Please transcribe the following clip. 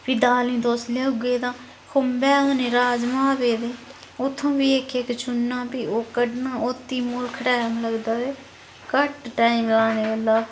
फ्ही दालीं तुस लेऔगे तां खुंबै होने राजमां पेदे उत्थुआं बी इक इक चुनना फ्ही ओह् कड्ढना ओत्त बी मुलख टाइम लगदा ते घट्ट टाइम लाने गल्ला